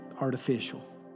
artificial